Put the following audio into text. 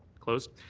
close?